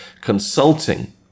consulting